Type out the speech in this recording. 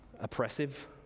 oppressive